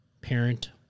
parent